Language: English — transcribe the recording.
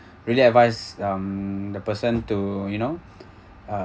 really advise um the person to you know uh